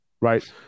right